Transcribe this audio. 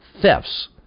thefts